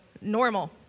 normal